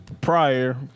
prior